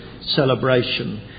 celebration